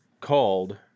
called